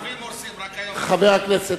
הערבים הורסים, רק היהודים, חברי הכנסת,